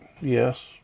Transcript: Yes